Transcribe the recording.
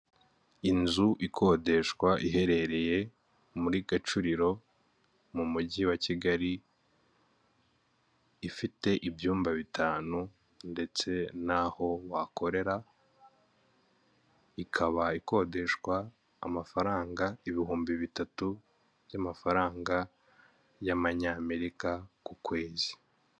Inzu ikodeshwa iherereye muri Gacuriro mu mujyi wa Kigali ifite ibyumba bitanu ndetse n'aho wakorera, ikaba ikodeshwa amafaranga ibihumbi bitatu by'amafaranga y'amanyamerika, ku kwezi.